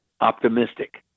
optimistic